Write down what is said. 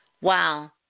Wow